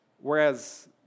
Whereas